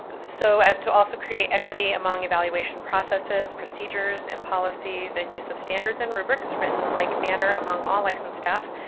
so as to also create equity among evaluation processes, procedures, and policies, and use of standards and rubrics, written like manner among all licensed staff,